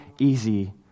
easy